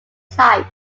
site